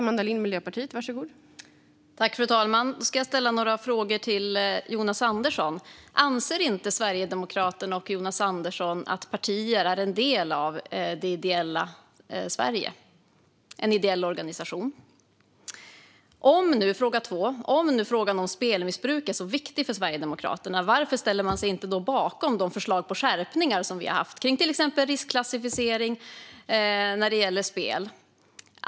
Fru talman! Då ska jag ställa några frågor till Jonas Andersson: Anser inte Sverigedemokraterna och Jonas Andersson att partier är en del av det ideella Sverige - ideella organisationer? Och om nu frågan om spelmissbruk är så viktig för Sverigedemokraterna, varför ställer man sig då inte bakom de förslag på skärpningar vi har lagt fram, till exempel kring riskklassificering när det gäller spel?